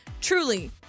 truly